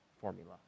formula